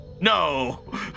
No